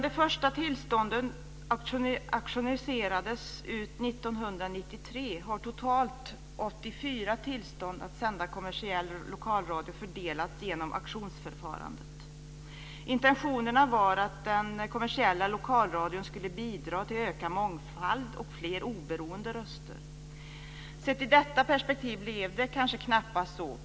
1993 har totalt 84 tillstånd för att sända kommersiell lokalradio fördelats genom auktionsförfarandet. Intentionerna var att den kommersiella lokalradion skulle bidra till ökad mångfald och fler oberoende röster. Sett i det perspektivet blev det väl knappast så.